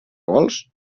gols